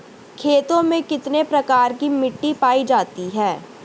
खेतों में कितने प्रकार की मिटी पायी जाती हैं?